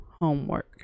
homework